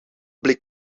blik